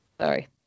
Sorry